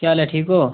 क्या हाल ऐ ठीक ओ